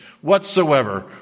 whatsoever